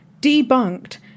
Debunked